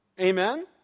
Amen